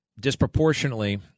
disproportionately –